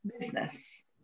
business